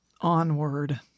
onward